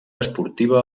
esportiva